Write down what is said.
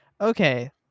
okay